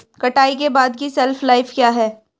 कटाई के बाद की शेल्फ लाइफ क्या है?